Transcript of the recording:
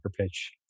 pitch